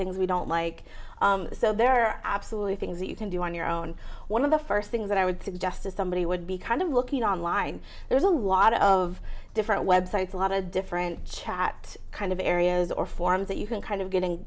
things we don't like so there are absolutely things that you can do on your own one of the first things that i would suggest to somebody would be kind of looking online there's a lot of different websites a lot of different chat kind of areas or forums that you can kind of getting